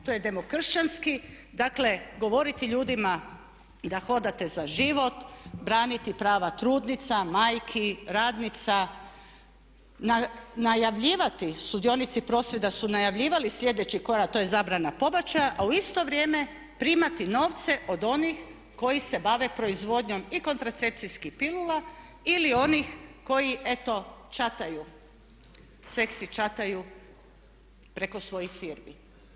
To je demokršćanski dakle govoriti ljudima da hodate za život, braniti prava trudnica, majki, radnica, najavljivati sudionici prosvjeda su najavljivali sljedeći korak, to je zabrana pobačaja a u isto vrijeme primati novce od onih koji se bave proizvodnjom i kontracepcijskih pilula ili onih koji eto chataju, seksi chataju preko svojih firmi.